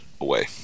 away